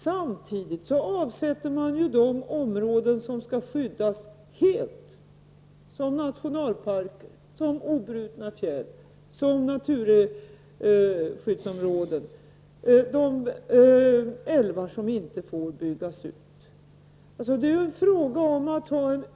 Samtidigt avsätter man de områden som skall skyddas helt som nationalparker, som obrutna fjäll, som naturskyddsområden, som älvar som inte får byggas ut. Men det är fråga om att ha en övergripande samhällsplanering, vars första ändamål är att skydda naturen och miljön.